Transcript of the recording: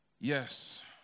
Yes